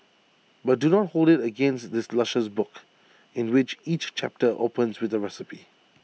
but do not hold IT against this luscious book in which each chapter opens with A recipe